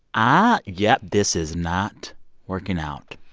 ah yep, this is not working out?